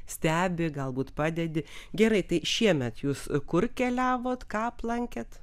stebi galbūt padedi gerai tai šiemet jūs kur keliavot ką aplankėt